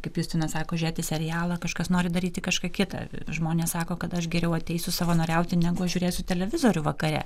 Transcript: kaip justinas sako žiūrėti serialą kažkas nori daryti kažką kitą žmonės sako kad aš geriau ateisiu savanoriauti negu žiūrėsiu televizorių vakare